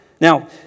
Now